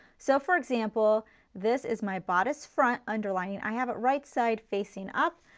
so for example this is my bodice front underlying. i have it right side facing up,